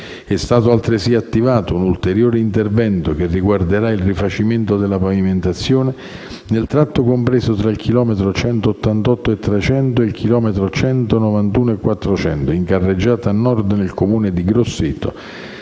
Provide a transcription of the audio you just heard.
È stato altresì attivato un ulteriore intervento che riguarderà il rifacimento della pavimentazione nel tratto compreso tra il chilometro 188+300 e il chilometro 191+400, in carreggiata nord nel Comune di Grosseto,